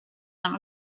them